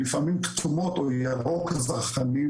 לפעמים כתומות או ירוק זרחני,